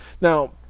Now